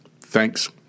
Thanks